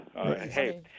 Hey